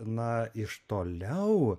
na iš toliau